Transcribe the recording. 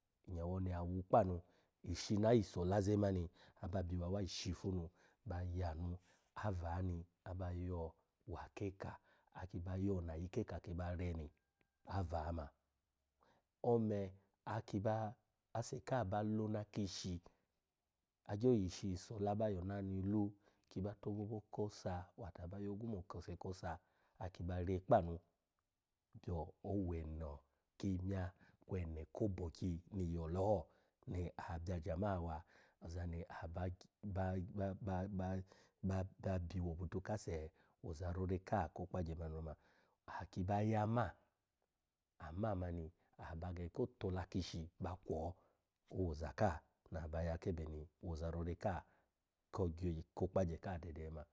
Inya oni ya wu kpa anu, ishi na ayi sola ze mani, aba biwa yi shifu nu ba yanu, ava ni aba yo wa ke eka, aki ba yo na ayi ke eka ki ba re ni, ava ma. Ome aki ba, ase ka ba lona ki ishi, agyo yi ishi sola, aba yona ni lu ki ba tobobo kosa wato aba yogwu mo, okese kosa, aki ba re kpa anu byo oweno kimya kwo oweno ko boki ni yo oloho ni abya ajama wa ozani aba ba ba ba ba biwa obutu kase wo oza rore ka ko okpagye mani oma. Aha ki ba yama, am mani aha ba gege ko tola ki ishi ba kwo, owo oza ka na aba ya ke ebeni ni, owo oza rore ka ko gye ko okpagye ka dede ma.